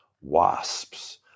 WASPs